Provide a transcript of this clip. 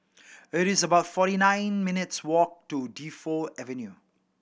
it is about forty nine minutes' walk to Defu Avenue